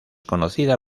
conocida